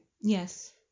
Yes